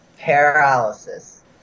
Paralysis